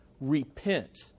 Repent